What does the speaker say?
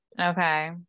Okay